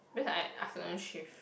because I afternoon shift